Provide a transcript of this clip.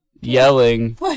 yelling